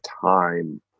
time